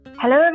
Hello